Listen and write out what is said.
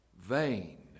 vain